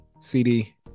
cd